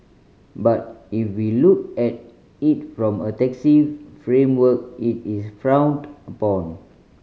but if we look at it from a taxi framework it is frowned upon